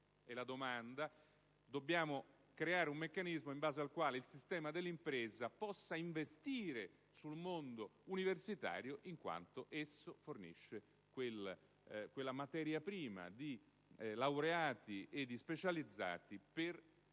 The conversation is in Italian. e la domanda dobbiamo creare un meccanismo in base al quale il sistema dell'impresa possa investire sul mondo universitario in quanto esso fornisce la materia prima (laureati e specializzati) per la